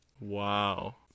wow